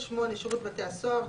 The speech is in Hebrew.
(8)שירות בתי הסוהר,